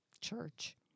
church